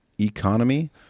economy